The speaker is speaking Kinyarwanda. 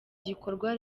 gikorwa